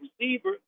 receiver